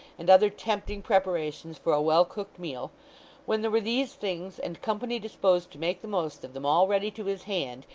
and other tempting preparations for a well-cooked meal when there were these things, and company disposed to make the most of them, all ready to his hand,